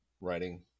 writing